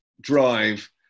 drive